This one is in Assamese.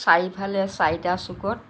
চাৰিফালে চাৰিটা চুকত